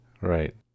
Right